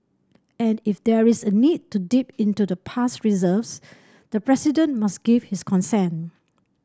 and if there is a need to dip into the past reserves the President must give his consent